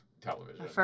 television